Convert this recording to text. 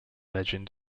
legend